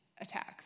attacks